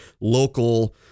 local